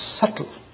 subtle